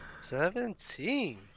Seventeen